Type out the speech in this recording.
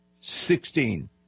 sixteen